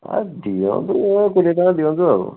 ହ ଦିଅନ୍ତୁ କୋଡ଼ିଏ ଟଙ୍କା ଦିଅନ୍ତୁ ଆଉ